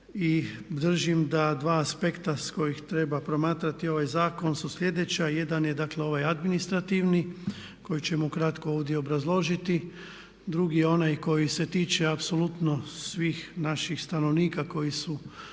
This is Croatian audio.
i držim da dva aspekta s kojih treba promatrati ovaj zakon su slijedeća: jedan je dakle ovaj administrativni koji ćemo ukratko ovdje obrazložiti, drugi je onaj koji se tiče apsolutno svih naših stanovnika koji su